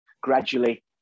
gradually